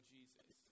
Jesus